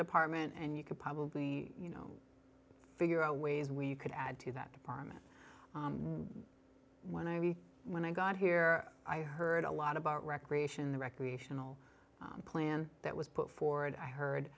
department and you could probably you know figure out ways where you could add to that department when i we when i got here i heard a lot about recreation the recreational plan that was put forward i heard